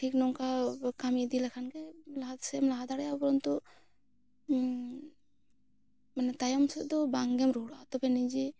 ᱴᱷᱤᱠ ᱱᱚᱝᱠᱟ ᱠᱟᱹᱢᱤ ᱤᱫᱤ ᱞᱮᱠᱷᱟᱱᱜᱮ ᱞᱟᱦᱟ ᱥᱮᱢ ᱞᱟᱦᱟ ᱫᱟᱲᱮᱭᱟᱜᱼᱟ ᱩᱯᱚᱨᱚᱱᱛᱩ ᱢᱟᱱᱮ ᱛᱟᱭᱚᱢ ᱥᱮᱫᱽ ᱫᱚ ᱵᱟᱝᱜᱮᱢ ᱨᱩᱲᱟ ᱛᱚ ᱯᱷᱮᱨ ᱱᱤᱡᱮ